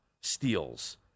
steals